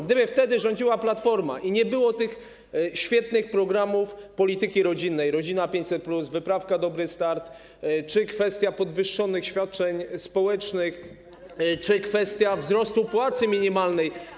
Gdyby wtedy rządziła Platforma i nie było tych świetnych programów polityki rodzinnej, „Rodzina 500+”, wyprawka „Dobry start” czy kwestia podwyższonych świadczeń społecznych, czy kwestia wzrostu płacy minimalnej.